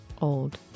Old